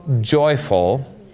joyful